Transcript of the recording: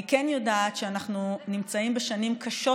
אני כן יודעת שאנחנו נמצאים בשנים קשות